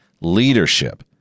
leadership